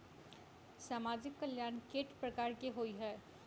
सामाजिक कल्याण केट प्रकार केँ होइ है?